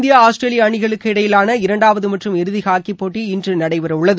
India Australia அணிகளுக்கு இடையிலான இரண்டாவது மற்றும் இறுதி ஹாக்கிப் போட்டி இன்று நடைபெறவுள்ளது